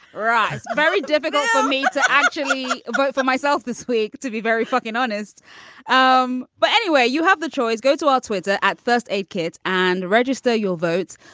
ah so very difficult for me to actually vote for myself this week, to be very fucking honest um but anyway, you have the choice. go to our twitter at first aid kits and register your votes.